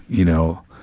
you know,